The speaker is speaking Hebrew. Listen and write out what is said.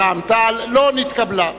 רע"ם-תע"ל לא נתקבלה.